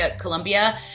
Colombia